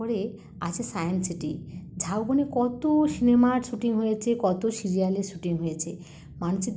তারপরে আছে Science City ঝাউবনে কত সিনেমার শুটিং হয়েছে কত সিরিয়ালের শুটিং হয়েছে মানুষের